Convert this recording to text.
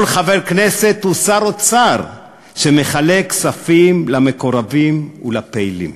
כל חבר כנסת הוא שר אוצר שמחלק כספים למקורבים ולפעילים.